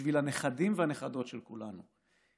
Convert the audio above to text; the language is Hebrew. בשביל הנכדים והנכדות של כולנו,